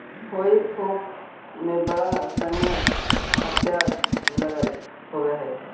हेई फोक में बड़ा सानि हत्था लगल होवऽ हई